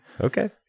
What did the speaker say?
Okay